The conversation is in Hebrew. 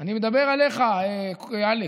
אני מדבר עליך, אלכס.